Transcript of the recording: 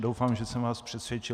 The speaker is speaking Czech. Doufám, že jsem vás přesvědčil.